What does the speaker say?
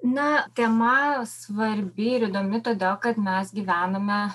na tema svarbi ir įdomi todėl kad mes gyvename